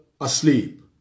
asleep